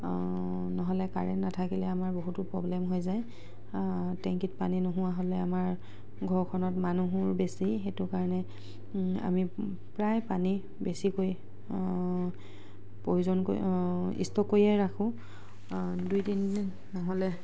নহ'লে কাৰণ নাথাকিলে আমাৰ বহুতো প্ৰব্লেম হৈ যায় টেংকিত পানী নোহোৱা হ'লে আমাৰ ঘৰখনত মানুহো বেছি সেইটো কাৰণে আমি প্ৰায় পানী বেছিকৈ প্ৰয়োজন কৰি ষ্টক কৰিয়ে ৰাখোঁ দুই তিনদিন নহ'লে